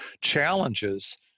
challenges